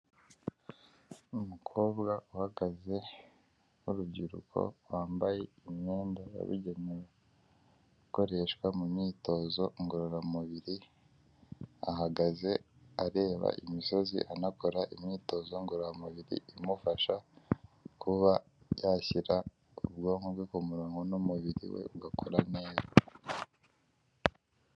Umukobwa uhagaze w'urubyiruko wambaye imyenda yabugenewe ikoreshwa mu myitozo ngororamubiri, ahagaze areba imisozi anakora imyitozo ngororamubiri imufasha kuba yashyira bwonko bwe ku murongo n'umubiri we ugakora neza.